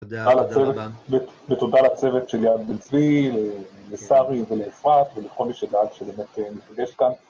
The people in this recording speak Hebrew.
תודה לצוות, ותודה לצוות של יד בן צבי, לשרי ולאפרת, ולכל מי שדאג שבאמת נפגש כאן...